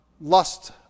lust